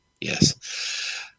yes